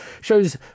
shows